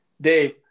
Dave